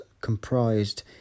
comprised